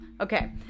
okay